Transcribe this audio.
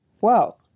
wow